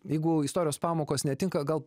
jeigu istorijos pamokos netinka gal